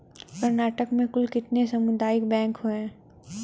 कर्नाटक में कुल कितने सामुदायिक बैंक है